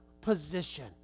position